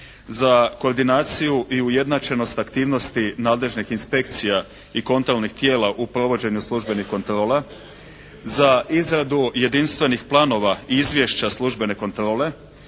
za koordinaciju i ujednačenost aktivnosti nadležnih inspekcija i kontrolnih tijela u provođenju službenih kontrola, za izradu jedinstvenih planova i izvješća službene kontrole,